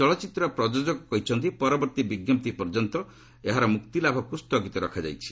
ଚଳଚ୍ଚିତ୍ରର ପ୍ରଯୋଜକ କହିଛନ୍ତି ପରବର୍ତ୍ତୀ ବିଜ୍ଞପ୍ତି ପର୍ଯ୍ୟନ୍ତ ଚଳଚ୍ଚିତ୍ରର ମୁକ୍ତିଲାଭକୁ ସ୍ଥଗିତ ରଖାଯାଇଛି